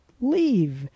leave